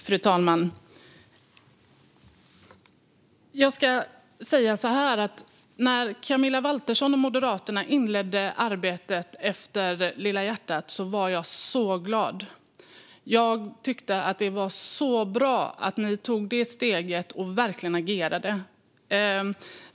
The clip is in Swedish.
Fru talman! När Camilla Waltersson Grönvall och Moderaterna inledde arbetet efter händelserna med "Lilla hjärtat" var jag så glad. Jag tyckte att det var så bra att ni tog det steget och verkligen agerade.